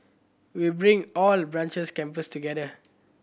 we'll bring all the branches campuses together